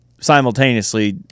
simultaneously –